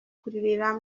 kuririra